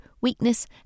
weakness